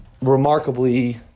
remarkably